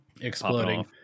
exploding